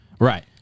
Right